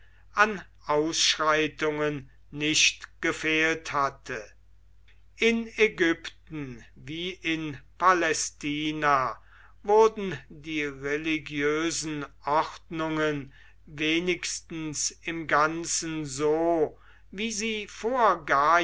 an ausschreitungen nicht gefehlt hatte in ägypten wie in palästina wurden die religiösen ordnungen wenigstens im ganzen so wie sie vor